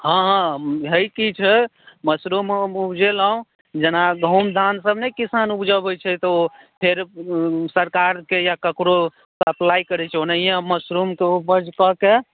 हॅं हॅं हइ की छै मशरूम हम उपजेलहुँ जेना गहूॅंम धान सब नहि किसान उपजबैत छै तऽ ओ फेर सरकारके या ककरो सपलाय करै छै ओनहिये कऽ कए